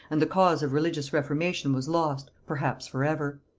and the cause of religious reformation was lost, perhaps for ever.